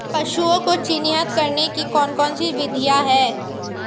पशुओं को चिन्हित करने की कौन कौन सी विधियां हैं?